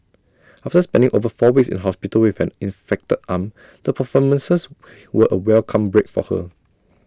after spending over four weeks in hospital with an infected arm the performances were A welcome break for her